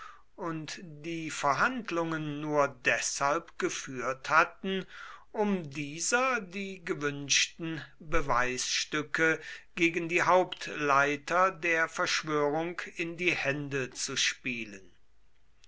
und die verhandlungen nur deshalb geführt hatten um dieser die gewünschten beweisstücke gegen die hauptleiter der verschwörung in die hände zu spielen